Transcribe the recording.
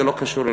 זה לא קשור אליה.